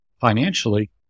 financially